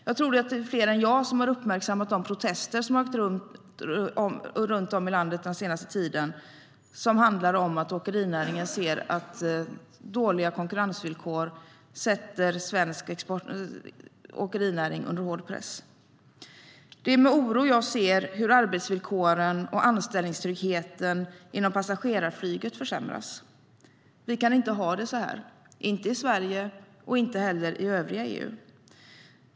Jag tror att det är fler än jag som har uppmärksammat de protester som har ägt rum runt om i landet den senaste tiden och som handlar om att åkerinäringen ser att dåliga konkurrensvillkor sätter svensk åkerinäring under hård press. Det är med oro jag ser hur arbetsvillkoren och anställningstryggheten inom passagerarflyget försämras. Vi kan inte ha det så - inte i Sverige och inte heller i övriga EU.